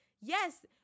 yes